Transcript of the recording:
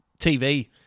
TV